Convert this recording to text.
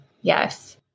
Yes